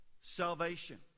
salvation